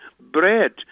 bread